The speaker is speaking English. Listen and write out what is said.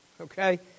okay